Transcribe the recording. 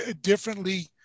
differently